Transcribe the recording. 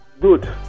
Good